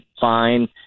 fine